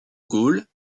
gaulle